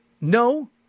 no